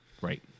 Right